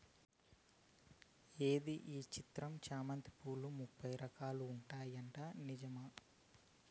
ఏంది ఈ చిత్రం చామంతి పూలు ముప్పై రకాలు ఉంటాయట నిజమా